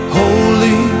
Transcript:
holy